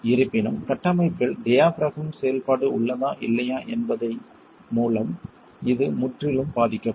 இருப்பினும் கட்டமைப்பில் டியபிறகம் செயல்பாடு உள்ளதா இல்லையா என்பதன் மூலம் இது முற்றிலும் பாதிக்கப்படும்